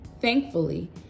Thankfully